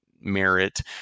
merit